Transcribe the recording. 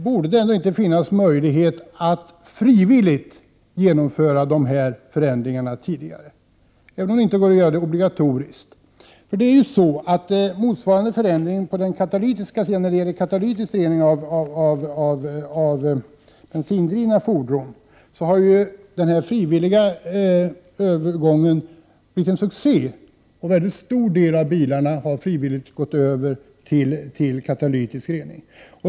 Borde det ändå inte finnas möjlighet att frivilligt genomföra dessa förändringar tidigare, även om kravet inte kan göras obligatoriskt? Motsvarande förändringar när det gäller frivillig övergång till katalytisk rening av bensindrivna fordon har ju blivit en succé. En mycket stor del av bilägarna har frivilligt gått över till katalytisk rening på sina bilar.